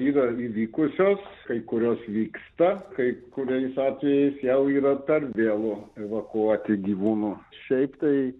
yra įvykusios kai kurios vyksta kai kuriais atvejais jau yra per vėlu evakuoti gyvūnų šiaip tai